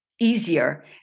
Easier